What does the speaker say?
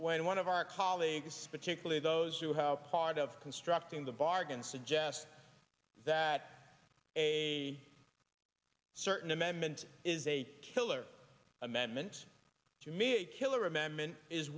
when one of our colleagues particularly those who have part of constructing the bargain suggest that a certain amendment is a killer amendment to me a killer amendment is